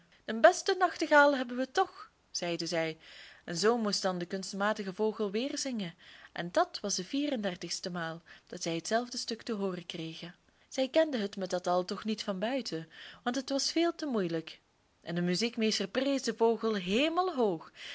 den besten nachtegaal hebben we toch zeiden zij en zoo moest dan de kunstmatige vogel weer zingen en dat was de vier-en-dertigste maal dat zij hetzelfde stuk te hooren kregen zij kenden het met dat al toch niet van buiten want het was veel te moeilijk en de muziekmeester prees den vogel